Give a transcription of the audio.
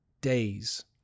days